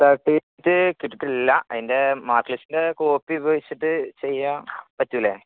certificate കിട്ടിയിട്ടില്ല അതിൻ്റെ mark ലിസ്റ്റിൻ്റെ കോപ്പി ഉപയോഗിച്ചിട്ട് ചെയ്യാൻ പറ്റില്ലേ